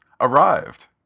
arrived